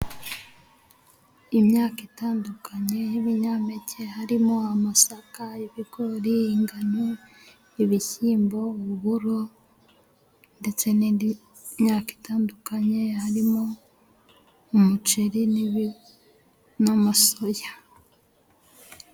Imyaka itandukanye y'ibinyampeke harimo: amasaka, ibigori, ingano, ibishyimbo, uburo ndetse n'indi myaka itandukanye harimo:umuceri n'amasoya.